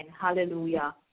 Hallelujah